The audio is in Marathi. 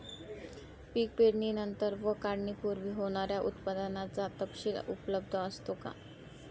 पीक पेरणीनंतर व काढणीपूर्वी होणाऱ्या उत्पादनाचा तपशील उपलब्ध असतो का?